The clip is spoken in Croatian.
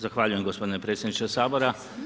Zahvaljujem gospodine predsjedniče Sabora.